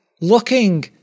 looking